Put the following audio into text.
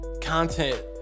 content